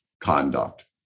conduct